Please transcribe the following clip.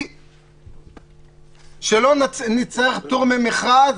שלא נצטרך פטור ממכרז.